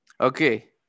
Okay